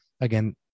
again